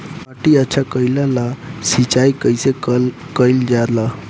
माटी अच्छा कइला ला सिंचाई कइसे कइल जाला?